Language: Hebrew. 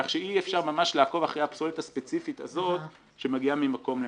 כך שאי אפשר ממש לעקוב אחר הפסולת הספציפית הזאת שמגיעה ממקום למקום.